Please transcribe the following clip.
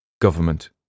government